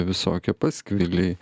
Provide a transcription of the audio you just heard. visokie paskviliai